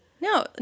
No